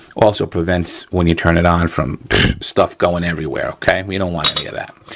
also prevents when you turn it on from stuff going everywhere, okay. and we don't want any of that.